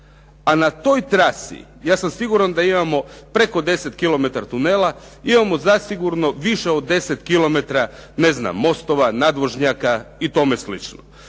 a na toj trasi ja sam siguran da imamo preko 10 km tunela, imamo zasigurno više od 10 km mostova, nadvožnjaka i tome slično.